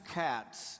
cats